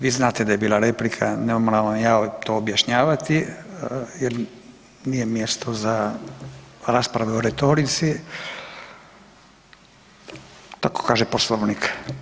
Vi znate da je bila replika, ne moram vam ja to objašnjavati jer nije mjesto za raspravu o retorici tako kaže Poslovnik.